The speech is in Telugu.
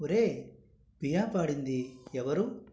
ఒరేయ్ పియా పాడింది ఎవరు